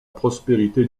prospérité